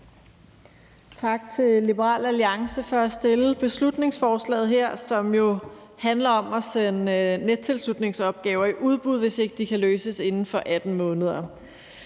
Tak til Liberal Alliance for at fremsætte det her beslutningsforslag, som jo handler om at sende nettilslutningsopgaver i udbud, hvis de ikke kan løses inden for 18 måneder.